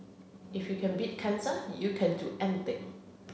if you can beat cancer you can do anything